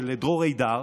של דרור אידר,